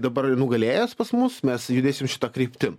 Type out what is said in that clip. dabar nugalėjęs pas mus mes judėsim šita kryptim